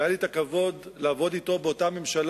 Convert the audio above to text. והיה לי הכבוד לעבוד אתו באותה ממשלה